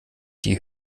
die